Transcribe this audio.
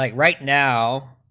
like right now